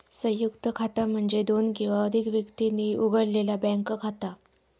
संयुक्त खाता म्हणजे दोन किंवा अधिक व्यक्तींनी उघडलेला बँक खाता